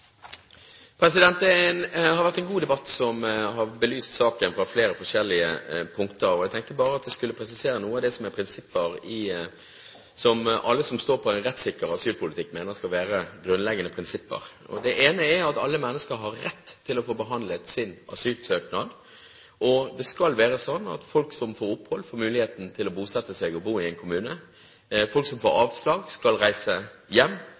Det har vært en god debatt, som har belyst saken på flere forskjellige punkter. Jeg tenkte bare jeg skulle presisere noe av det som alle som står på en rettssikker asylpolitikk, mener skal være grunnleggende prinsipper. Det ene er at alle mennesker har rett til å få behandlet sin asylsøknad. Det skal være sånn at folk som får opphold, får muligheten til å bosette seg og bo i en kommune. Folk som får avslag, skal reise hjem,